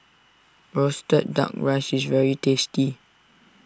Roasted Duck Rice is very tasty